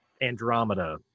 Andromeda